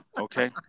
Okay